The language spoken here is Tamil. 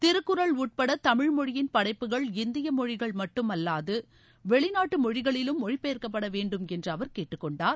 திருக்குறள் உட்பட தமிழ்மொழியின் படைப்புகள் இந்திய மொழிகள் மட்டுமல்லாது வெளிநாட்டு மொழிகளிலும் மொழிபெயர்க்கப்பட வேண்டும் என்று அவர் கேட்டுக் கொண்டார்